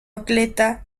atleta